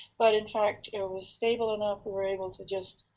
but in fact it was stable enough. we were able to just